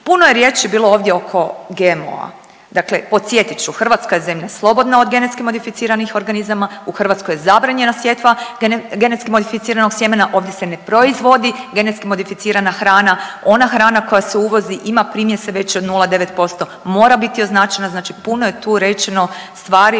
Puno je riječi bilo ovdje oko GMO-a, dakle podsjetit ću Hrvatska je zemlja slobodna od genetski modificiranih organizama u Hrvatskoj je zabranjena sjetva genetski modificiranog sjemena, ovdje se ne proizvodi genetski modificirana hrana. Ona hrana koja se uvozi ima primjese veće od 0,9% mora biti označena. Znači puno je tu rečeno stvari od